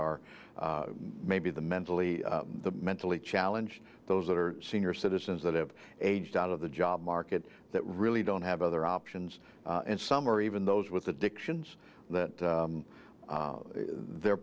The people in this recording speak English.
are maybe the mentally the mentally challenge those that are senior citizens that have aged out of the job market that really don't have other options and some are even those with addictions that they're